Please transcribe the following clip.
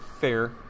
Fair